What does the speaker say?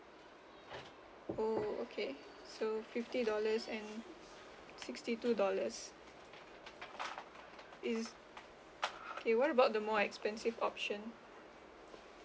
oh okay so fifty dollars and sixty two dollars is okay what about the more expensive option